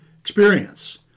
experience